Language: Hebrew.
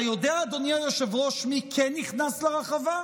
אתה יודע, אדוני היושב-ראש, מי כן נכנס לרחבה?